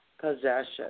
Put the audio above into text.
possession